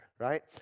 right